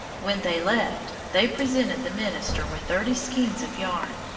when they left, they presented the minister with thirty skeins of yarn,